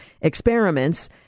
experiments